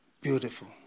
Beautiful